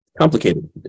complicated